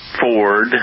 Ford